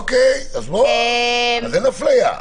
אוקיי, אז אין אפליה.